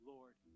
Lord